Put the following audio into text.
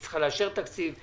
היא צריכה לאשר תקציב,